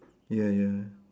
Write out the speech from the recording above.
ya ya